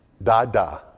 Da-da